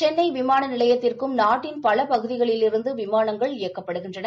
சென்னை விமான நிலையத்திற்கும் நாட்டின் பல பகுதிகளிலிருந்து விமானங்கள் இயக்கப்படுகின்றன